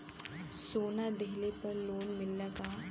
सोना दहिले पर लोन मिलल का?